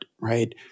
right